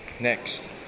Next